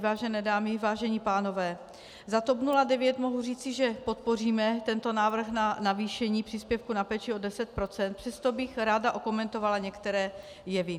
Vážené dámy, vážení pánové, za TOP 09 mohu říci, že podpoříme tento návrh na navýšení příspěvku na péči o 10 %, přesto bych ráda okomentovala některé jevy.